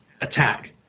attack